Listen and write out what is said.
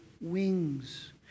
wings